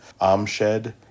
Amshed